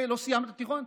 לא סיימת את התיכון?